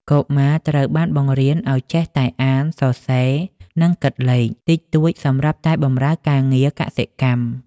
កុមារត្រូវបានបង្រៀនឱ្យចេះតែ «អាន សរសេរ និងគិតលេខ» តិចតួចសម្រាប់តែបម្រើការងារកសិកម្ម។